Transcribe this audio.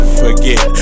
forget